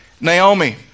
Naomi